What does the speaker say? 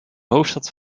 hoofdstad